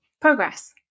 progress